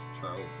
Charles